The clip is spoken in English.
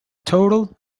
total